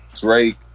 Drake